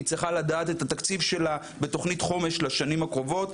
היא צריכה לדעת את התקציב שלה בתוכנית חומש לשנים הקרובות.